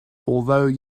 although